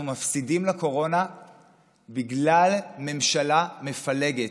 אנחנו מפסידים לקורונה בגלל ממשלה מפלגת.